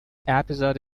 episode